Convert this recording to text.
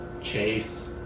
Chase